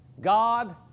God